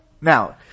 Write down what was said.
Now